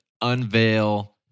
unveil